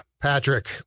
Patrick